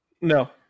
No